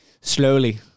slowly